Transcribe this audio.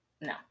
No